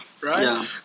right